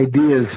ideas